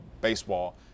baseball